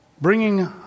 bringing